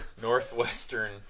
Northwestern